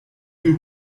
viel